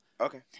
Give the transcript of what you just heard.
Okay